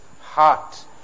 heart